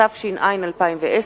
התשע"א 2010,